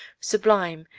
sublime,